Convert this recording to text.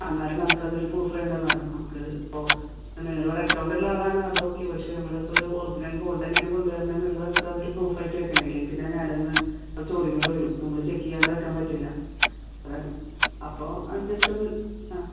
ആ എന്നാലും നമുക്കതൊരു പ്രൂഫ് വേണ്ടേ മാഡം നമുക്ക് ഇപ്പോൾ നിങ്ങളിവിടെ അക്കൗണ്ടുള്ള ആളാണ് അത് ഓക്കെ പക്ഷെ നമ്മളിപ്പോൾ ഒരു ഒറിജിനൽ ഗോൾഡ് തന്നെയാണ് കൊണ്ടുവരുന്നത് എന്നുള്ളത് നമുക്ക് അതൊരു പ്രൂഫായിട്ട് വെക്കണെ ഇല്ലെങ്കിൽപ്പിന്നെ മേലെ നിന്ന് അത് ചോദ്യങ്ങൾ വരും നമ്മൾ ചെക്ക് ചെയ്യാണ്ട് വയ്ക്കാൻ പറ്റില്ല അതാണ് അപ്പോൾ അത് ജസ്റ്റൊന്നു ആ